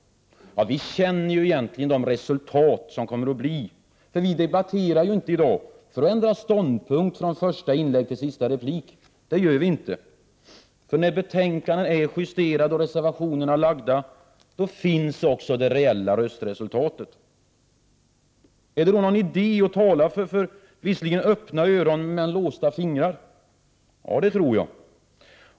Ja, vi vet egentligen vilka resultaten blir. Vi diskuterar inte i dag i syfte att ändra ståndpunkt från första inlägg till sista replik, för när betänkandena är justerade ochj reservationerna avgivna, då finns också det reella röstresultatet. Är det någon idé att tala för visserligen öppna öron men låsta fingrar? Ja, det tror jag.